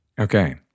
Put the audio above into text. Okay